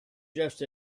just